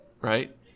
right